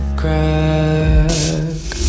crack